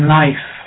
life